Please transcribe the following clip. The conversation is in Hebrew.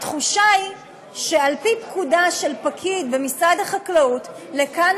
התחושה היא שעל פי פקודה של פקיד במשרד החקלאות לכאן